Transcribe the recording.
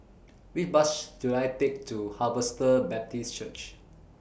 Which Bus should I Take to Harvester Baptist Church